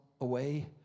away